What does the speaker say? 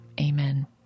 Amen